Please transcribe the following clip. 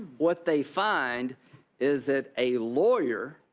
what they find is that a lawyer